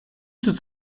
toute